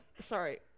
sorry